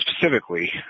specifically